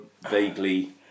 vaguely